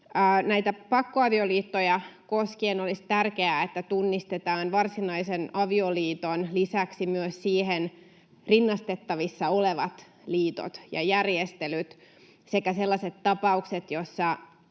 Pakkoavioliittoja koskien olisi tärkeää, että tunnistetaan varsinaisen avioliiton lisäksi myös siihen rinnastettavissa olevat liitot ja järjestelyt sekä sellaiset tapaukset, joissa